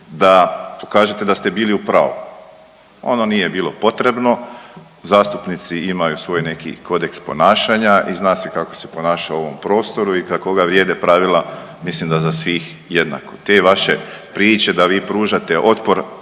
da kažete da ste bili u pravu. Ono nije bilo potrebno. Zastupnici imaju svoj neki kodeks ponašanja i zna se kako se ponaša u ovom prostoru i za koga vrijede pravila. Mislim da za svih jednako. Te vaše priče da vi pružate otpor